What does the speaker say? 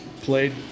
played